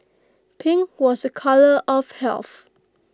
pink was A colour of health